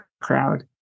crowd